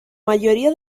mayoría